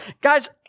Guys